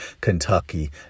Kentucky